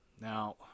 Now